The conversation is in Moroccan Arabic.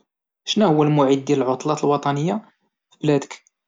شنا هو الموعد ديال العطلات الوطنية في بلادك؟